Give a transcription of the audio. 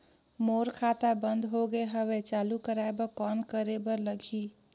मोर खाता बंद हो गे हवय चालू कराय बर कौन करे बर लगही?